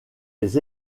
les